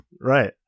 right